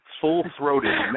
Full-throated